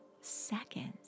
seconds